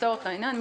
לצורך העניין,